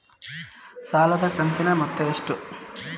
ಸಾಲದ ಕಂತಿನ ಮೊತ್ತ ಎಷ್ಟು?